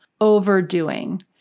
overdoing